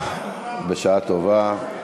בשעה טובה, פנינה.